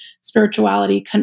spirituality